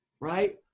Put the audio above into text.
right